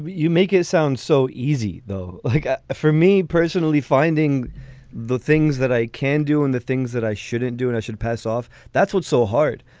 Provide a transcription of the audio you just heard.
you make it sounds so easy, though, like ah for me personally finding the things that i can do and the things that i shouldn't do and i should pass off. that's what's so hard.